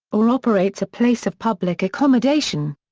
or operates a place of public accommodation.